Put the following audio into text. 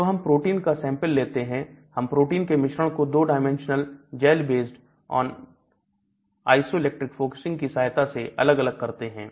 तो हम प्रोटीन का सैंपल लेते हैं हम प्रोटीन के मिश्रण को 2 dimensional gel based on isoelectric focusing की सहायता से अलग अलग करते हैं